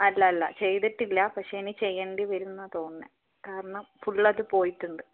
അല്ലല്ല ചേയ്തിട്ടില്ല പക്ഷേ ഇനി ചെയ്യേണ്ടിവരും എന്നാണ് തോന്നുന്നത് കാരണം ഫുൾ അത് പോയിട്ടുണ്ട്